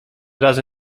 razy